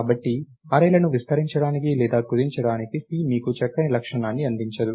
కాబట్టి అర్రేలను విస్తరించడానికి లేదా కుదించడానికి C మీకు చక్కని లక్షణాన్ని అందించదు